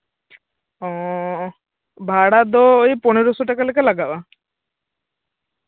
ᱚᱸᱻ ᱵᱷᱟᱲᱟ ᱫᱚ ᱳᱭ ᱯᱚᱱᱨᱚ ᱥᱚ ᱴᱟᱠᱟ ᱞᱮᱠᱟ ᱞᱟᱜᱟᱼᱟ